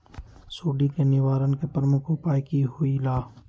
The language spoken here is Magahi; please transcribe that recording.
सुडी के निवारण के प्रमुख उपाय कि होइला?